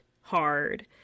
hard